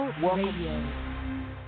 Welcome